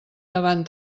davant